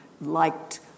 liked